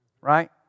right